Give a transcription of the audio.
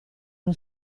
uno